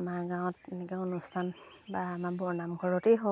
আমাৰ গাঁৱত এনেকৈ অনুষ্ঠান বা আমাৰ বৰনামঘৰতেই হওক